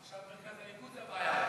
עכשיו מרכז הליכוד זה הבעיה,